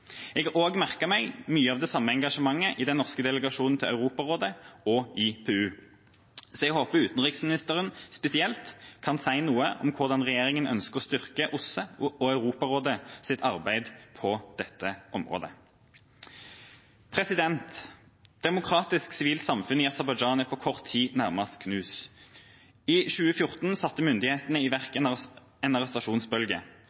Jeg har også merket meg mye av det samme engasjementet i den norske delegasjonen til Europarådet og IPU. Så jeg håper utenriksministeren spesielt kan si noe om hvordan regjeringa ønsker å styrke OSSEs og Europarådets arbeid på dette området. Demokratisk sivilt samfunn i Aserbajdsjan er på kort tid nærmest knust. I 2014 satte myndighetene i verk en arrestasjonsbølge.